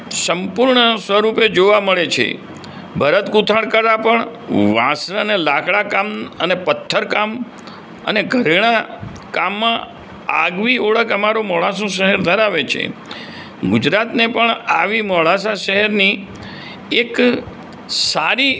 સંપૂર્ણ સ્વરૂપે જોવા મળે છે ભરતગૂંથણ કળા પણ વાંસ અને લાકડાકામ અને પત્થરકામ અને ઘરેણાકામમાં આગવી ઓળખ અમારું મોડાસુ શહેર ધરાવે છે ગુજરાતને પણ આવી મોડાસા શહેરની એક સારી